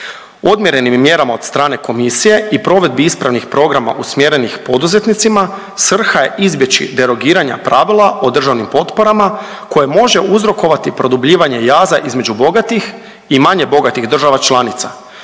Odmjerenim mjerama od strane komisije i provedbi ispravnih programa usmjerenih poduzetnicima svrha je izbjeći derogiranja pravila o državnim potporama koje može uzrokovati produbljivanje jaza između bogatih i manje bogatih država članica